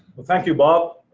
well, thank you, bob,